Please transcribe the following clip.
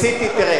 תראה,